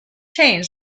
changed